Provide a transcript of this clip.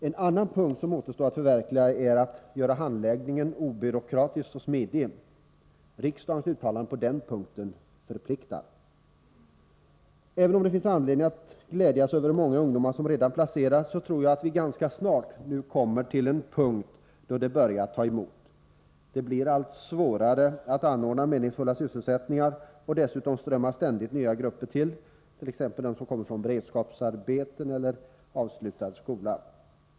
En annan punkt som återstår att förverkliga är att göra handläggningen obyråkratisk och smidig. Riksdagens uttalande på den punkten förpliktar. Även om det finns anledning att glädjas över att många ungdomar redan har placerats, så tror jag att vi ganska snart kommer till en punkt då det börjar ta emot. Det blir allt svårare att anordna meningsfulla sysselsättningar, och dessutom strömmar ständigt nya grupper till, t.ex. de som kommer från beredskapsarbeten eller från avslutad skolgång.